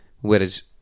Whereas